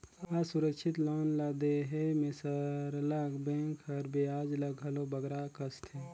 असुरक्छित लोन ल देहे में सरलग बेंक हर बियाज ल घलो बगरा कसथे